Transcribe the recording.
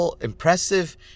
impressive